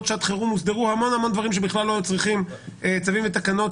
שעת חירום הוסדרו המון דברים שבכלל לא היו צריכים צווים ותקנות